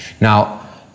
Now